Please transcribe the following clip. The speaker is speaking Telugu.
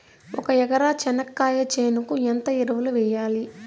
ఒక ఎకరా చెనక్కాయ చేనుకు ఎంత ఎరువులు వెయ్యాలి?